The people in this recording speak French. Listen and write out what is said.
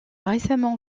récemment